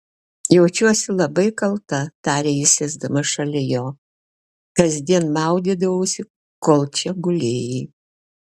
jaučiuosi labai kalta tarė ji sėsdama šalia jo kasdien maudydavausi kol čia gulėjai